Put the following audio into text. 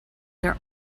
there